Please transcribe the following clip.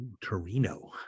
Torino